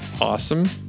awesome